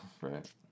right